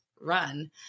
run